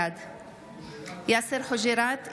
בעד יאסר חוג'יראת,